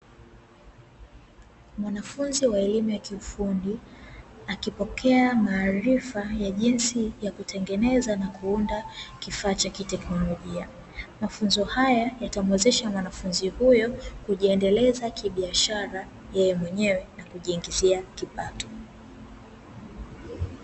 Mwanafunzi wa elimu ya kiufundi akipokea maarifa ya jinsi ya kutengeneza na kuunda kifaa cha kitekinolojia, mafunzo haya yatamuwezesha mwanafunzi huyo kujiendeleza kibiashara yeye mwenyewe, na kujiingizia kipato.